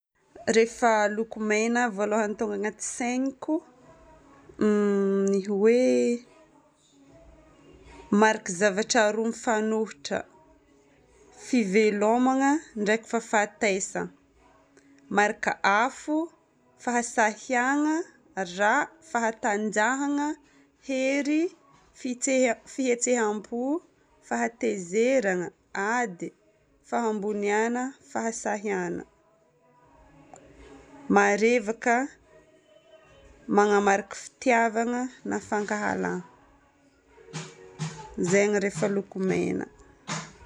Rehefa loko megna, voalohany tonga agnaty saigniko ny hoe mariky zavatra roa mifanohitra, fivelomagna ndraiky fahafatesagna. Marika afo, fahasahiagna, ra fahatanjahagna, fitseha- fihetseham-po, fahatezerana, ady, fahamboniagna, fahasahiagna. Marevaka, magnamarika fitiavagna na fankahalagna. Zegny rehefa loko megna.